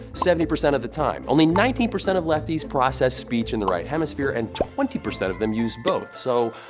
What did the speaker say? seventy percent of the time. only nineteen percent of lefties process speech in the right hemisphere, and twenty percent of them use both. so,